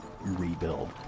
rebuild